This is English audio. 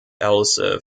else